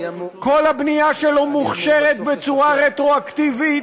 כל הבנייה שלו מוכשרת בצורה רטרואקטיבית,